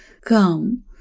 come